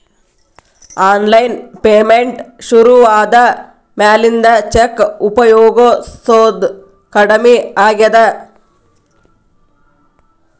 online payment ಶುರುವಾದ ಮ್ಯಾಲಿಂದ cheque ಉಪಯೊಗಸೋದ ಕಡಮಿ ಆಗೇದ